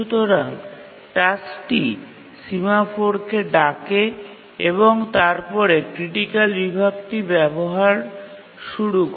সুতরাং টাস্কটি সিমাফোরকে ডাকে এবং তারপরে ক্রিটিকাল বিভাগটির ব্যবহার শুরু করে